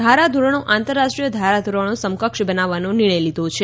ધારાધોરણો આંતરરાષ્ટ્રીય ધારાધોરણો સમકક્ષ બનાવવાનો નિર્ણય લીધો છે